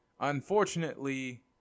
Unfortunately